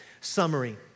summary